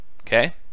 Okay